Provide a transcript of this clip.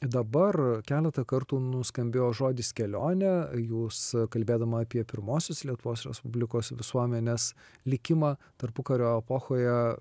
dabar keletą kartų nuskambėjo žodis kelionę jūs kalbėdama apie pirmuosios lietuvos respublikos visuomenės likimą tarpukario epochoje